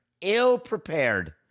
ill-prepared